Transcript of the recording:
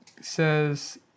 says